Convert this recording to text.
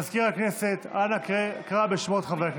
מזכיר הכנסת, אנא קרא בשמות חברי הכנסת.